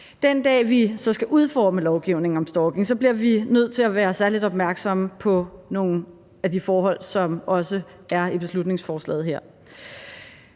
Den dag, vi så skal udforme lovgivningen om stalking, bliver vi nødt til at være særlig opmærksomme på nogle af de forhold, som også er her i beslutningsforslaget.